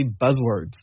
buzzwords